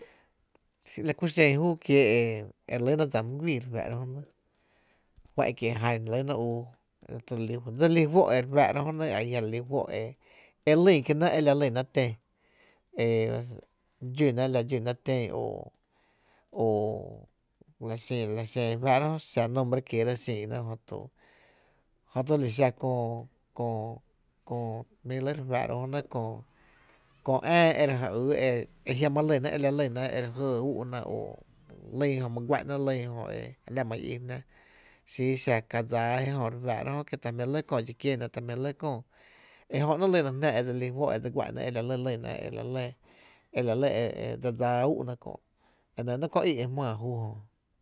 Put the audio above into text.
La kú xen júú kiee’ e re lýna dsa mt guíi re fá’ra jönɇ juá’n kie’ jan re lpyna ú, talí dse lí fó’ e re fá’ra jönɇ a jia’ re lí fó’ re fá’ra e lyn kiena e lalyna e e dxúna la dxúna ten o o la xen e re fá’ra jö xa nombre e kiera xina jöto li xa köö köö, köö jmí re lɇ re fá’ra jö, köö kö äá e re ja yy e jiama lyna la lyna e re jɇɇ úú’na o lýn jö e my guá’na lyn jö e a la ma i i jná, sii xa ka dsáa e re fá’ra jö kie ta jmí’ lɇ köö e dxi kiéna ta jmí? lɇ köö ejö ‘néé’ lyna jná e dse lí juo’ e dse guá’na e la lɇ lyna o e la lɇ dse dsaa úú’ kö’ e nɇ ‘néé’ köö í’ e jmáá júú jö.